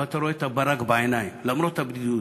אבל אתה רואה את הברק בעיניים, למרות הבדידות,